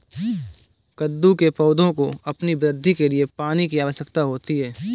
कद्दू के पौधों को अपनी वृद्धि के लिए पानी की आवश्यकता होती है